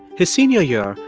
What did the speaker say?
his senior year,